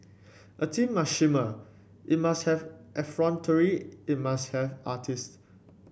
a team must shimmer it must have effrontery it must have artists